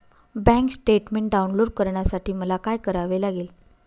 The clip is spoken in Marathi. बँक स्टेटमेन्ट डाउनलोड करण्यासाठी मला काय करावे लागेल?